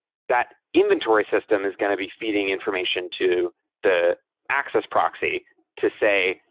that inventory system is going to be feeding information to the access proxy to say,